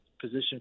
position